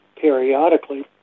periodically